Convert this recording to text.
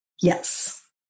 Yes